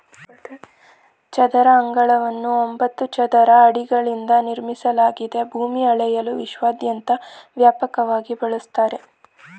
ಚದರ ಅಂಗಳವನ್ನು ಒಂಬತ್ತು ಚದರ ಅಡಿಗಳಿಂದ ನಿರ್ಮಿಸಲಾಗಿದೆ ಭೂಮಿ ಅಳೆಯಲು ವಿಶ್ವದಾದ್ಯಂತ ವ್ಯಾಪಕವಾಗಿ ಬಳಸ್ತರೆ